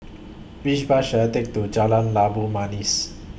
Which Bus should I Take to Jalan Labu Manis